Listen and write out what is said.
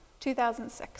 2006